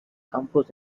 campos